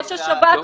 ראש השב"כ,